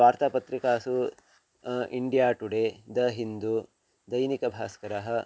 वार्तापत्रिकासु India Today The Hindu दैनिकभास्करः